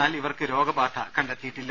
എന്നാൽ ഇവർക്ക് രോഗബാധ കണ്ടെത്തിയിട്ടില്ല